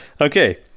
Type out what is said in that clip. Okay